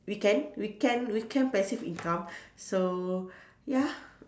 weekend weekend weekend passive income so ya